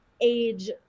age